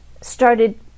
started